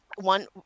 one